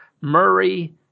Murray